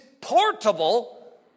portable